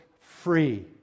free